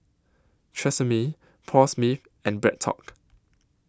Tresemme Paul Smith and BreadTalk